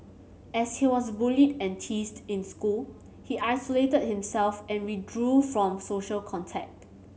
as he was bullied and teased in school he isolated himself and withdrew from social contact